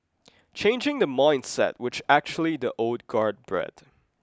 changing the mindset which actually the old guard bred